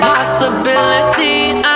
Possibilities